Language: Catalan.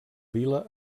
vila